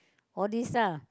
all this ah